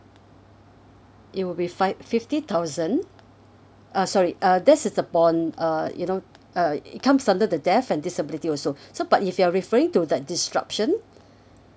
it will be five fifty thousand uh sorry uh this is a bond uh you know uh it comes under the death and disability also so but if you're referring to that disruption